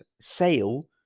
sale